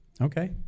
Okay